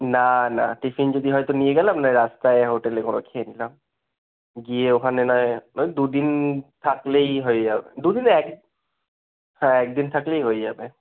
না না টিফিন যদি হয় তো নিয়ে গেলাম নায় রাস্তায় হোটেলে কোনো খেয়ে নিলাম গিয়ে ওখানে নায় ওই দু দিন থাকলেই হয়ে যাবে দু দিন না এক হ্যাঁ এক দিন থাকলেই হয়ে যাবে